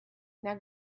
now